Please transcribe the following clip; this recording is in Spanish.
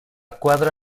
cuadra